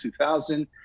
2000